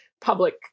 public